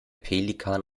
pelikan